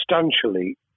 substantially